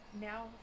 now